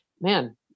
man